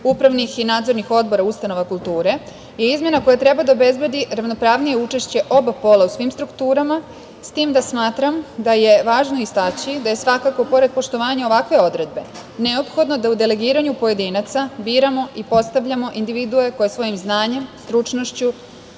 upravnih i nadzornih odbora ustanova kulture je izmena koja treba da obezbedi ravnopravnije učešće oba bola u svim strukturama, s tim da smatram da je važno istaći da je svakako pored poštovanja ovakve odredbe neophodno da u delegiranju pojedinaca biramo i postavljamo individue koje svojim znanjem, stručnošću